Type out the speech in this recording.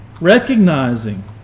recognizing